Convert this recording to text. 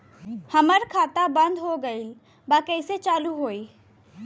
हमार खाता बंद हो गईल बा कैसे चालू होई?